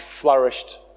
flourished